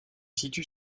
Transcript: situe